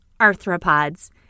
arthropods